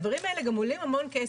הדברים האלה גם עולים המון כסף,